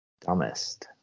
dumbest